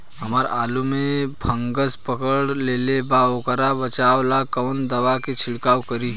हमरा आलू में फंगस पकड़ लेले बा वोकरा बचाव ला कवन दावा के छिरकाव करी?